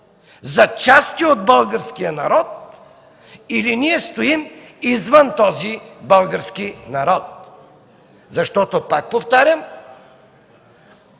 за части от българския народ или ние стоим извън този български народ, защото, пак повтарям,